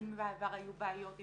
האם בעבר היו בעיות.